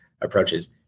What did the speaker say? approaches